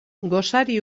gosari